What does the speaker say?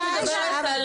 שאני מדברת על